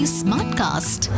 smartcast